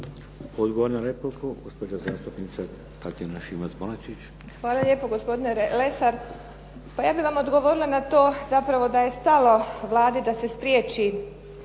Odgovor na repliku, gospođa zastupnica Tatjana Šimac Bonačić. **Šimac Bonačić, Tatjana (SDP)** Hvala lijepo gospodine Lesar, pa ja bih vam odgovorila na to zapravo da je stalo Vladi da se spriječi